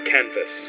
Canvas